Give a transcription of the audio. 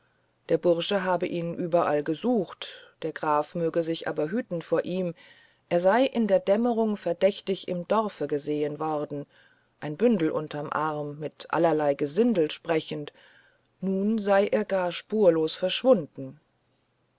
der bursch habe ihn überall gesucht der graf möge sich aber hüten vor ihm er sei in der dämmerung verdächtig im dorf gesehen worden ein bündel unterm arm mit allerlei gesindel sprechend nun sei er gar spurlos verschwunden